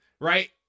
right